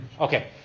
Okay